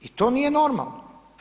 I to nije normalno.